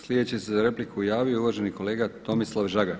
Sljedeći se za repliku javio uvaženi kolega Tomislav Žagar.